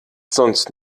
sonst